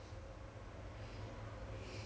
because she said that she's not planning to go back